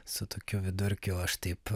su tokiu vidurkiu aš taip